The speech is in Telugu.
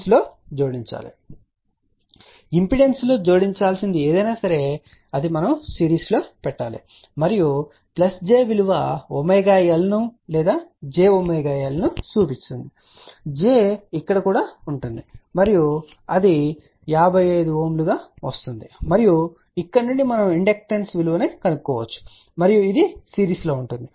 మరియు ఇంపిడెన్స్లో జోడించాల్సినది ఏదైనా అది సిరీస్లో ఉండాలి మరియు j విలువ ωL ను లేదా jωL ను సూచిస్తుంది j ఇక్కడ కూడా ఉంటుంది మరియు అది 55 Ω గా వస్తుంది మరియు ఇక్కడ నుండి మనము ఇండక్టెన్స్ విలువను కనుగొనవచ్చు మరియు ఇది సిరీస్ లో ఉంటుంది